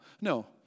No